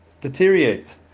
deteriorate